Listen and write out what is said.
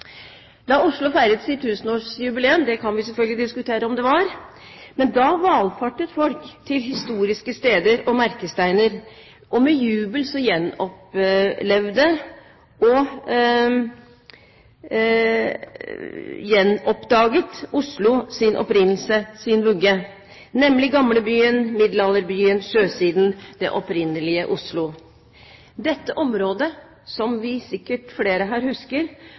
Da Oslo feiret sitt tusenårsjubileum – det kan vi selvfølgelig diskutere om det var – valfartet folk til historiske steder og merkesteiner. Med jubel gjenoppdaget Oslo sin opprinnelse, sin vugge, nemlig Gamlebyen, middelalderbyen, sjøsiden – det opprinnelige Oslo. Dette området var, som flere her sikkert husker, en søppelplass for flere